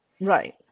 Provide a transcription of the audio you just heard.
Right